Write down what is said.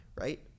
right